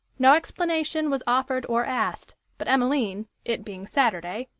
no explanation was offered or asked, but emmeline, it being saturday,